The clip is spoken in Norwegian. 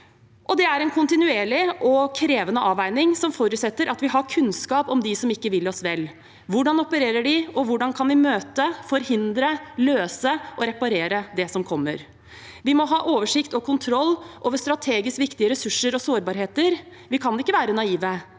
Det er en kontinuerlig og krevende avveining som forutsetter at vi har kunnskap om dem som ikke vil oss vel. Hvordan opererer de, og hvordan kan vi møte, forhindre, løse og reparere det som kommer? Vi må ha oversikt og kontroll over strategisk viktige ressurser og sårbarheter. Vi kan ikke være naive,